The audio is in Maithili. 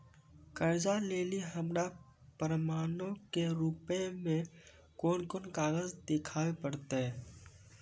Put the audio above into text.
कर्जा लै लेली हमरा प्रमाणो के रूपो मे कोन कोन कागज देखाबै पड़तै?